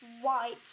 white